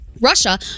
Russia